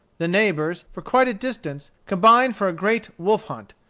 the neighbors, for quite a distance, combined for a great wolf-hunt,